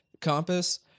compass